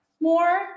more